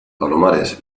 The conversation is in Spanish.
palomares